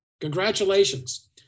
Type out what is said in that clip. Congratulations